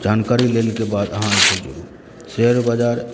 जानकारी लएके बाद अहाँ ई सोचूँ शेयर बजार